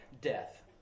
death